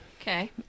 okay